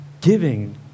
giving